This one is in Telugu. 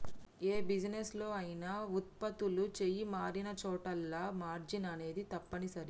యే బిజినెస్ లో అయినా వుత్పత్తులు చెయ్యి మారినచోటల్లా మార్జిన్ అనేది తప్పనిసరి